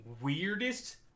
Weirdest